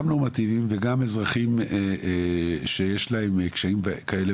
גם נורמטיביים וגם אזרחים שיש להם קשיים כאלה